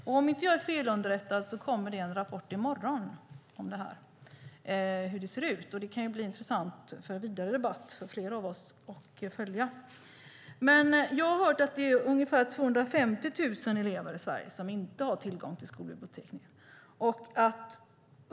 Om jag inte är felunderrättad kommer det en rapport i morgon om hur det ser ut med det, och det kan bli intressant att följa för flera av oss inför vidare debatter. Jag har hört att det är ungefär 250 000 elever i Sverige som inte har tillgång till skolbibliotek.